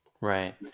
Right